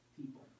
people